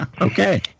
Okay